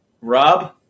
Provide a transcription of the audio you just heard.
Rob